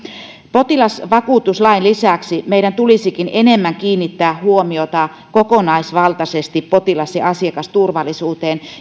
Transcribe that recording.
potilasvakuutuslain lisäksi meidän tulisikin enemmän kiinnittää huomiota kokonaisvaltaisesti potilas ja asiakasturvallisuuteen